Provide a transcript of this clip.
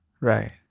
Right